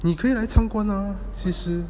你可以来参观 ah 其实